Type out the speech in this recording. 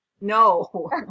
No